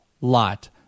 lot